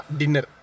dinner